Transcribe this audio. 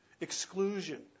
exclusion